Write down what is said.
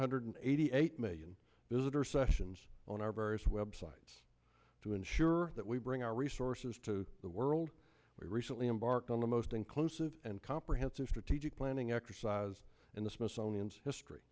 hundred eighty eight million visitors sessions on our various web sites to ensure that we bring our resources to the world we recently embarked on the most inclusive and comprehensive strategic planning exercise in the smithsonian's history